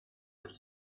del